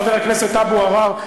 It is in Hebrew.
חבר הכנסת אבו עראר,